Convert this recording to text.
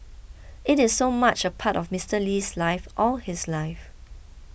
it is so much a part of Mister Lee's life all his life